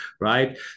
right